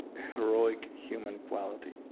heroic human quality,